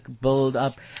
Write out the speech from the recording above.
build-up